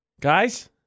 Guys